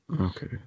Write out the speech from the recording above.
Okay